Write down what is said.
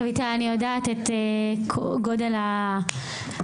רויטל, אני יודעת את גודל הבעיה.